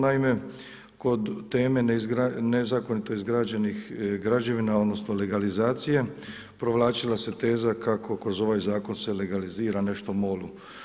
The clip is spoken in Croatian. Naime, kod teme nezakonito izgrađenih građevina odnosno, legalizacije, provlačila se teza kako kroz ovaj zakon se legalizira nešto MOL-u.